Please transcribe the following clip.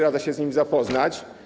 Radzę się z nimi zapoznać.